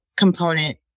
component